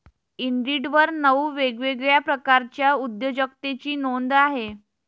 इंडिडवर नऊ वेगवेगळ्या प्रकारच्या उद्योजकतेची नोंद आहे